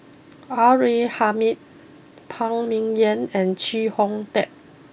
R A Hamid Phan Ming Yen and Chee Kong Tet